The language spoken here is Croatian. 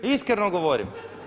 Iskreno govorim.